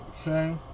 Okay